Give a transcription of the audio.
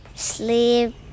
sleep